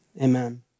amen